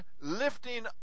lifting